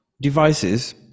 devices